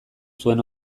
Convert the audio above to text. zuen